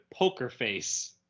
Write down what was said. Pokerface